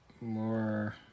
more